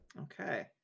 Okay